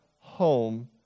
home